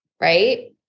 Right